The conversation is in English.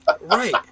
Right